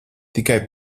tikai